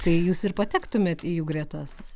tai jūs ir patektumėt į jų gretas